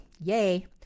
Yay